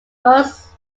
boats